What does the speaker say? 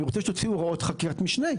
אני רוצה שתוציאו הוראות חקיקת משנה.